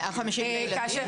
לא לילדים